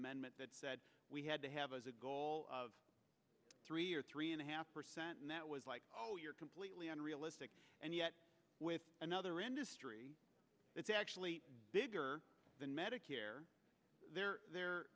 amendment that said we had to have a goal of three or three and a half percent and that was like oh you're completely unrealistic and yet with another industry that's actually bigger than medicare they're they're